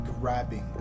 grabbing